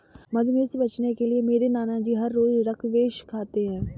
मधुमेह से बचने के लिए मेरे नानाजी हर रोज स्क्वैश खाते हैं